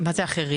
מה הכוונה באחרים?